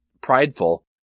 prideful